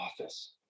office